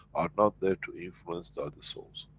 are not there to influence the other souls.